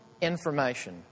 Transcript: information